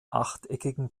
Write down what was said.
achteckigen